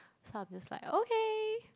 so I'm just like okay